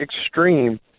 extreme